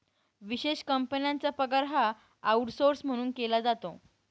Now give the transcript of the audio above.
विशेष कंपन्यांचा पगार हा आऊटसौर्स म्हणून केला जातो